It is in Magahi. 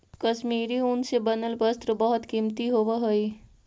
कश्मीरी ऊन से बनल वस्त्र बहुत कीमती होवऽ हइ